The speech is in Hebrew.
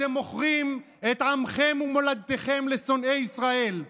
אתם מוכרים את עמכם ומולדתכם לשונאי ישראל.